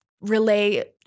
relay